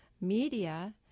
media